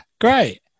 great